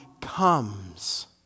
comes